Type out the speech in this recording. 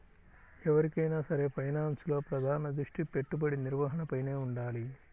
ఎవరికైనా సరే ఫైనాన్స్లో ప్రధాన దృష్టి పెట్టుబడి నిర్వహణపైనే వుండాలి